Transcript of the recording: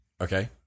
okay